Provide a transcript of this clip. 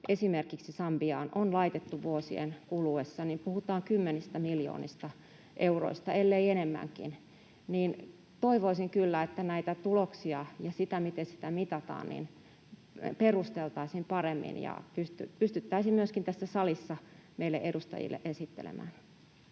mitä Sambiaan on laitettu vuosien kuluessa, niin puhutaan kymmenistä miljoonista euroista, ellei enemmästäkin. Toivoisin kyllä, että näitä tuloksia ja sitä, miten sitä mitataan, perusteltaisiin paremmin ja pystyttäisiin myöskin tässä salissa meille edustajille esittelemään.